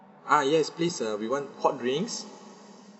ah yes please uh we want hot drinks